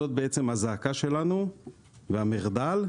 זאת הזעקה שלנו והמחדל,